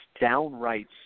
downright